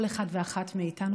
כל אחד ואחת מאיתנו,